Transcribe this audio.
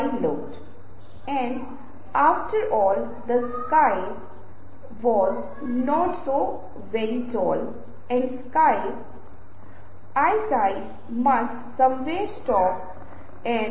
अब जब हम आवाज के बारे में बात करते हैं तोह हम वास्तव में किस बारे में बात कर रहे हैं